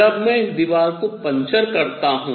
जब मैं इस दीवार को पंचर करता हूँ